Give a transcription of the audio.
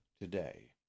today